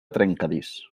trencadís